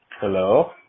Hello